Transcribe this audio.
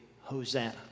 Hosanna